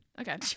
Okay